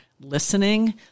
listening